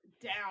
down